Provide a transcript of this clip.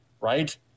right